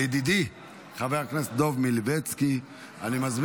של חבר הכנסת מאיר כהן,